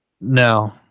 No